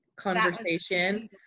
Conversation